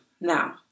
Now